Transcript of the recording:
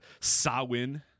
Sawin